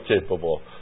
capable